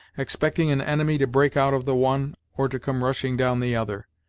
expecting an enemy to break out of the one, or to come rushing down the other.